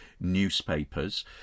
newspapers